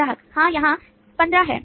ग्राहक हाँ यहाँ १५ है